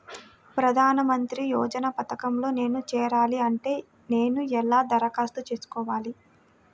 ప్రధాన మంత్రి యోజన పథకంలో నేను చేరాలి అంటే నేను ఎలా దరఖాస్తు చేసుకోవాలి?